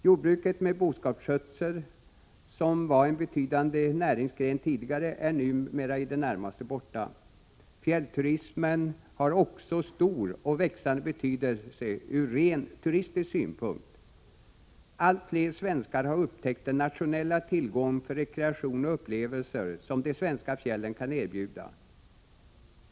Jordbruket med boskapsskötsel, som tidigare var en betydande näringsgren, är numera i det närmaste borta. Fjällturismen har också en stor och växande betydelse ur rent turistisk synpunkt. Allt fler svenskar har upptäckt den nationella tillgång för rekreation och upplevelser som de svenska fjällen kan erbjuda.